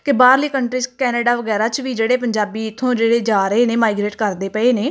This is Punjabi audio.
ਕਿ ਬਾਹਰਲੀ ਕੰਟਰੀ 'ਚ ਕੈਨੇਡਾ ਵਗੈਰਾ 'ਚ ਵੀ ਜਿਹੜੇ ਪੰਜਾਬੀ ਇੱਥੋਂ ਜਿਹੜੇ ਜਾ ਰਹੇ ਨੇ ਮਾਈਗ੍ਰੇਟ ਕਰਦੇ ਪਏ ਨੇ